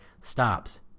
stops